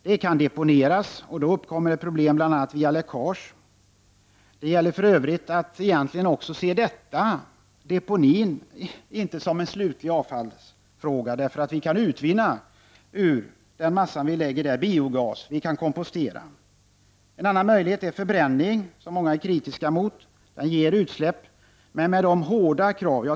Det kan deponeras, och då uppkommer problem bl.a. via läckage. Det gäller för övrigt också att inte se deponeringen som en slutlig avfallsfråga, därför att ur den massan kan utvinnas biogas, och man kan kompostera. En annan möjlighet är förbränning, som många är kritiska mot på grund av att den ger utsläpp.